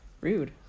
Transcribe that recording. Rude